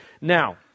Now